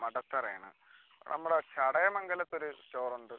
മടത്തറയാണ് നമ്മുടെ ചടയമംഗലത്തൊരു സ്റ്റോറുണ്ട്